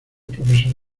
profesor